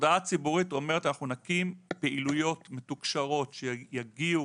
התודעה הציבורית אומרת שאנחנו נקים פעילויות מתוקשרות שיגיעו